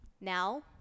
now